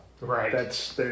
Right